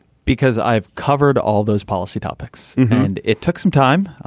because i've covered all those policy topics and it took some time.